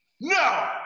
No